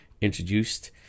introduced